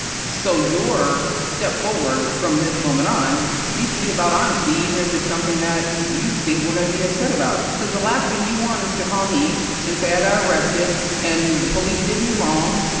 so your step forward from this moment on needs to be about honesty, even if it's something that you think we're gonna be upset about. cuz the last thing you want is to call me and say i got arrested and the police did me wrong,